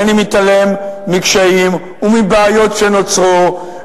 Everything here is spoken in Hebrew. אינני מתעלם מקשיים ומבעיות שנוצרו,